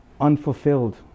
unfulfilled